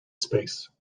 space